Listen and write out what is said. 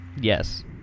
yes